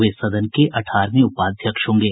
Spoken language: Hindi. वे सदन के अठारहवें उपाध्यक्ष होंगे